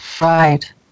Right